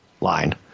line